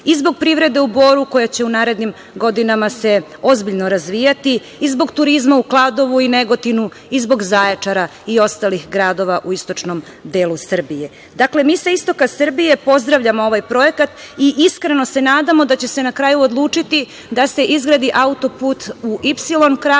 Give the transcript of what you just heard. i zbog privrede u Boru koja će u narednim godinama se ozbiljno razvijati i zbog turizma u Kladovu i Negotinu i zbog Zaječara i ostalih gradova u istočnom delu Srbije. Dakle, mi sa istoka Srbije pozdravljamo ovaj projekat i iskreno se nadamo da će se na kraju odlučiti da se izgradi auto-put u